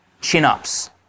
chin-ups